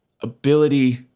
ability